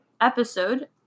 episode